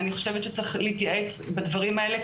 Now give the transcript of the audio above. אני חושבת שצריך להתייעץ בדברים האלה,